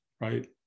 right